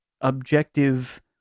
objective